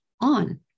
on